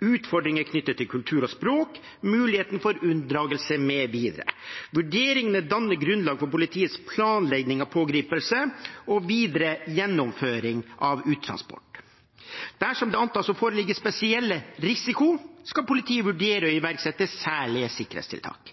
utfordringer knyttet til kultur og språk, muligheten for unndragelse, mv. Vurderingene danner grunnlaget for politiets planlegging av pågripelse og videre gjennomføring av uttransport. Dersom det antas å foreligge spesielle risikoer, skal politiet vurdere å iverksette særlige sikkerhetstiltak.